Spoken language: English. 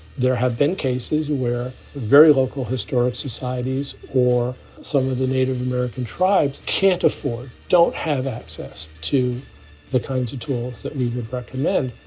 there have been cases where very local historic societies or some of the native american tribes can't afford, don't have access to the kinds of tools that we would recommend,